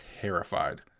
terrified